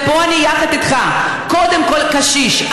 ופה אני יחד איתך: קודם כול הקשיש,